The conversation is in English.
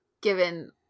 given